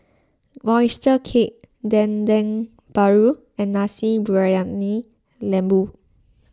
Oyster Cake Dendeng Paru and Nasi Briyani Lembu